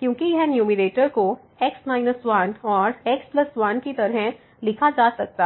क्योंकि यह न्यूमैरेटर को x 1 और x1 की तरह लिखा जा सकता है